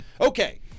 Okay